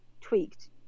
tweaked